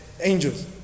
Angels